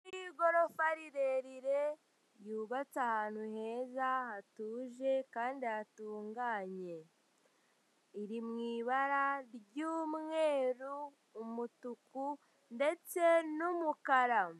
inzu y'igorofa rirerire yubatse ahantu heza, hatuje kandi hatunganye. iri mu ibara ry'umweru, umutuku ndetse n'umukara